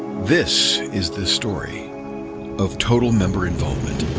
this is the story of total member involvement.